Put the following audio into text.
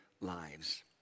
lives